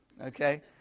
Okay